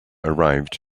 arrived